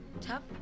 Tough